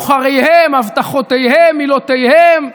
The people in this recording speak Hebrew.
בוחריהם, הבטחותיהם, מילותיהם,